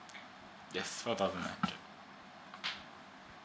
yes how about my